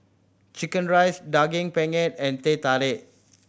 chicken rice Daging Penyet and Teh Tarik